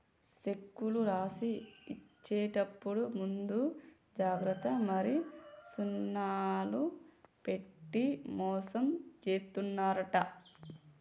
సెక్కులు రాసి ఇచ్చేప్పుడు ముందు జాగ్రత్త మరి సున్నాలు పెట్టి మోసం జేత్తున్నరంట